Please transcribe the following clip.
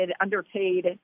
underpaid